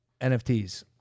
NFTs